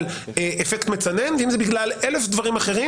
אפקט מצנן ואם זה בגלל אלף דברים אחרים,